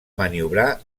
maniobrar